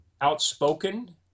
outspoken